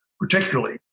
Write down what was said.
particularly